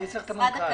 אני צריך את המנכ"ל.